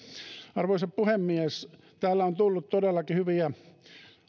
arvoisa puhemies täällä on tullut todellakin hyviä